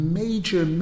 major